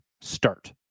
start